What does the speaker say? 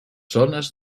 zones